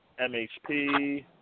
MHP